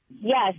Yes